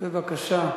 בבקשה.